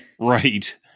Right